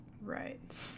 Right